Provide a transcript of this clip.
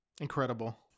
Incredible